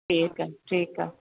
ठीकु आहे ठीकु आहे